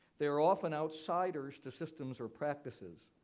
they are often outsiders to systems or practices.